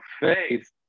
faith